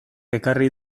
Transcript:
ekarri